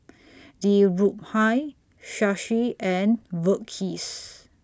Dhirubhai Shashi and Verghese